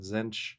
Zinch